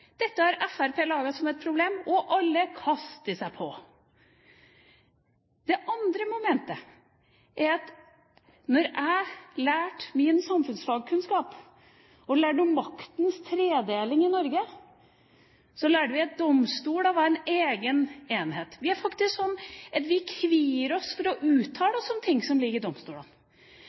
Dette har Fremskrittspartiet laget som et problem – og alle kaster seg på! Det andre momentet er at da jeg lærte min samfunnsfagkunnskap og lærte om maktens tredeling i Norge, lærte vi at domstolene var en egen enhet. Vi er faktisk slik at vi kvier oss for å uttale oss om ting som ligger i domstolene.